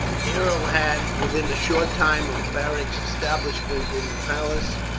nero had, within a short time of beric's establishment in the palace,